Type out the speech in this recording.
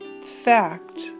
fact